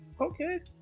Okay